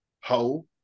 ho